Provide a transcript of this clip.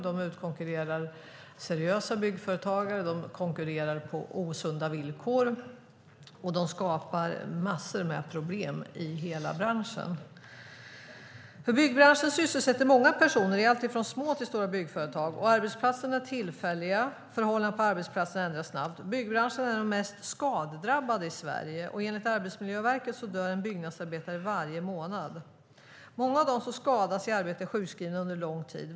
De konkurrerar ut seriösa byggföretagare, konkurrerar på osunda villkor och skapar massor med problem i hela branschen. Byggbranschen sysselsätter många personer i allt från små till stora byggföretag. Arbetsplatserna är tillfälliga och förhållandena på arbetsplatsen ändras snabbt. Byggbranschen är den mest skadedrabbade i Sverige; enligt Arbetsmiljöverket dör det en byggnadsarbetare varje månad. Många av dem som skadas i arbetet är sjukskrivna under lång tid.